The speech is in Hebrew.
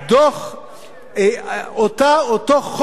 יש הסדר אותו חוק